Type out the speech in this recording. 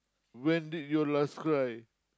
when did you last cry